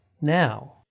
now